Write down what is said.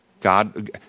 God